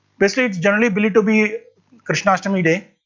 basically it is generally believed to be krishnashtami day